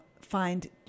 find